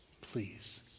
Please